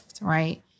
right